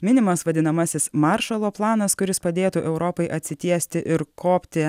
minimas vadinamasis maršalo planas kuris padėtų europai atsitiesti ir kopti